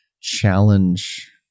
challenge